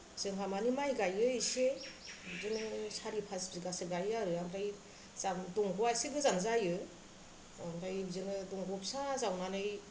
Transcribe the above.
जोंहा माने माइ गायो इसे बिदिनो सारि पास बिगासो गायो आरो ओमफ्राय जा दंग'वा इसे गोजान जायो ओमफ्राय बिदिनो दंग' फिसा जावनानै